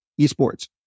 esports